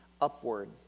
upward